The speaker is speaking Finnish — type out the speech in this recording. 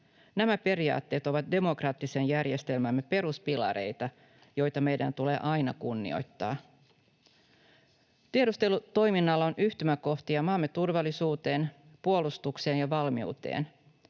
Nämä periaatteet ovat demokraattisen järjestelmämme peruspilareita, joita meidän tulee aina kunnioittaa. Tiedustelutoiminnalla on yhtymäkohtia maamme turvallisuuteen, puolustukseen ja valmiuteen.